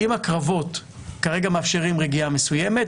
אם הקרבות כרגע מאפשרים רגיעה מסוימת,